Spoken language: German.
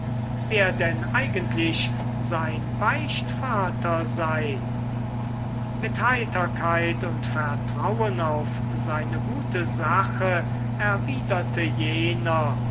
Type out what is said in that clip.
wer denn eigentlich sein beichtvater sei mit heiterkeit und vertrauen auf seine gute sache erwiderte jener